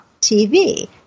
TV